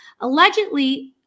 Allegedly